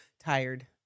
Tired